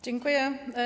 Dziękuję.